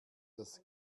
das